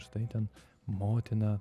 štai ten motina